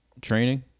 Training